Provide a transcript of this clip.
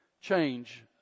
change